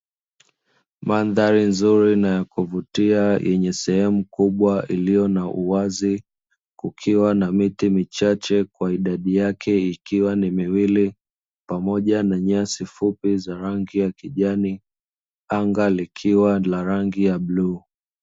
Mandhari nzuri na ya kuvutia yenye sehemu kubwa iliyo na uwazi, kukiwa na miti michache kwa idadi yake ikiwa ni miwili, pamoja na nyasi fupi za rangi ya kijani, anga likiwa na rangi ya bluu.